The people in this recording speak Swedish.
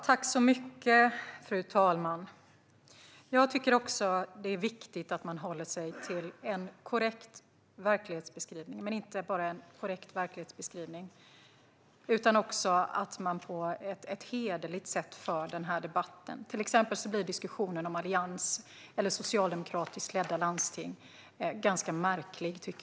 Fru talman! Jag tycker att det är viktigt att man håller sig till en korrekt verklighetsbeskrivning och att man för debatten på ett hederligt sätt. Jag tycker till exempel att diskussionen om alliansledda eller socialdemokratiskt ledda landsting blir ganska märklig.